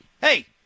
hey